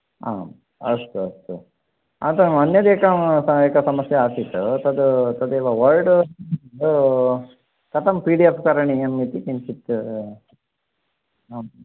आम् अस्तु अस्तु अन्यद् एकं एका समस्या आसीत् तद् तदेव वर्ड् कथं पी डी एफ् करणियं इति किञ्चित्